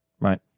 Right